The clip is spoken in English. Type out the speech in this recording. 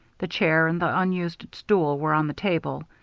the chair and the unused stool were on the table.